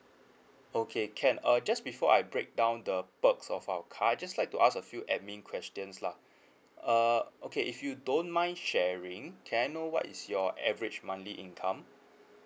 okay can uh just before I break down the perks of our card I just like to ask a few admin questions lah uh okay if you don't mind sharing can I know what is your average monthly income